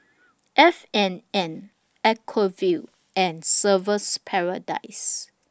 F and N Acuvue and Surfer's Paradise